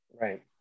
Right